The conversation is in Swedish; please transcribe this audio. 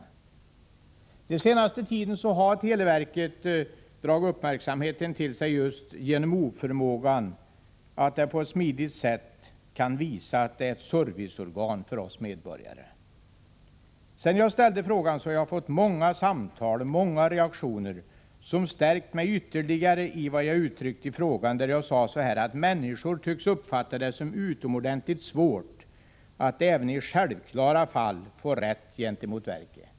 Under den senaste tiden har televerket dragit uppmärksamheten till sig just genom oförmågan att på ett smidigt sätt visa att det är ett serviceorgan för oss medborgare. Sedan jag ställde frågan har jag fått många samtal och reaktioner som stärker mig ytterligare i den uppfattning som jag formulerade så här: Människor tycks uppfatta det som utomordentligt svårt att även i självklara fall få rätt gentemot verket.